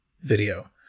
video